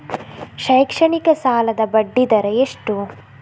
ಶೈಕ್ಷಣಿಕ ಸಾಲದ ಬಡ್ಡಿ ದರ ಎಷ್ಟು?